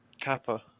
Kappa